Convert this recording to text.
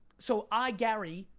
so i gary,